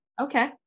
Okay